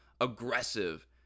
aggressive